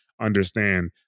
understand